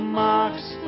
marks